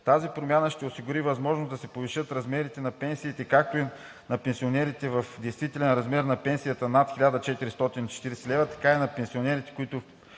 Тази промяна ще осигури възможност да се повишат размерите на пенсиите както на пенсионерите с действителен размер на пенсията над 1440 лв., така и на пенсионерите, които